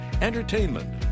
Entertainment